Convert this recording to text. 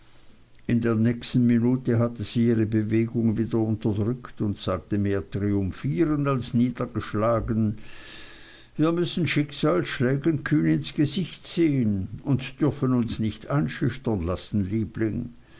in der nächsten minute hatte sie ihre bewegung wieder unterdrückt und sagte mehr triumphierend als niedergeschlagen wir müssen schicksalsschlägen kühn ins gesicht sehen und dürfen uns nicht einschüchtern lassen liebling